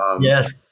yes